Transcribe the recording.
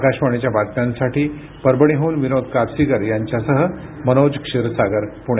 आकाशवाणीच्या बातम्यांसाठी परभणीहून विनोद कापसीकर यांच्यासह मनोज क्षीरसागर पुणे